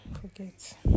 forget